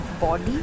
body